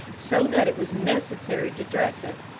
so that it was necessary to dress it.